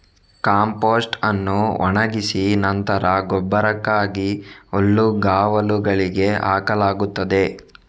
compost ಅನ್ನು ಒಣಗಿಸಿ ನಂತರ ಗೊಬ್ಬರಕ್ಕಾಗಿ ಹುಲ್ಲುಗಾವಲುಗಳಿಗೆ ಹಾಕಲಾಗುತ್ತದೆ